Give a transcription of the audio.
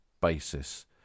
basis